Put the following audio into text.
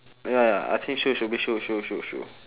ya I think shoe should be shoe shoe shoe shoe